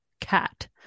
cat